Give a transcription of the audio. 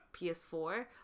PS4